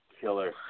killer